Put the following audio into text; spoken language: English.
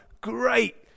great